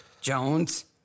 Jones